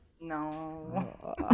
No